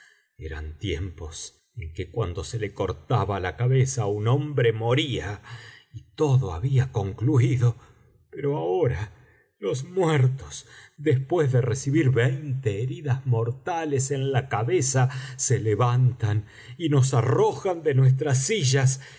eran tiempos en que cuando se le cortaba la cabeza á un hombre moría y todo había concluido pero ahora los muertos después de recibir veinte heridas mortales en la cabeza se levantan y nos arrojan de nuestras sillas